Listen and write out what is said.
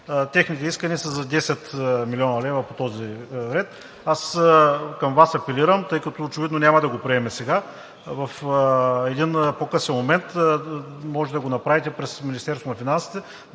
Техните искания са за 10 млн. лв. по този ред. Аз към Вас апелирам, тъй като очевидно няма да го приемем сега. В един по-късен момент може да го направите през Министерството на финансите